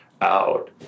out